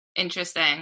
Interesting